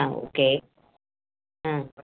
ஆ okay ஆ